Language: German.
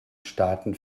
staaten